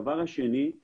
הנקודה השנייה